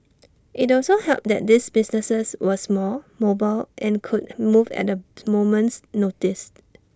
IT also helped that these businesses were small mobile and could move at A moment's notice